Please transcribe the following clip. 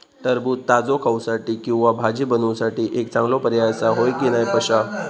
टरबूज ताजो खाऊसाठी किंवा भाजी बनवूसाठी एक चांगलो पर्याय आसा, होय की नाय पश्या?